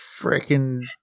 freaking